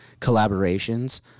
collaborations